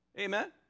Amen